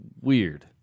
weird